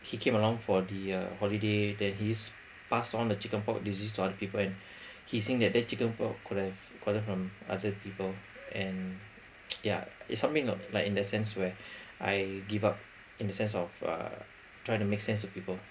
he came along for the uh holiday then his passed on the chicken pox disease to other people and he think that their chicken pox could have gotten from other people and yeah it's something of like in that sense where I give up in the sense of uh trying to make sense to people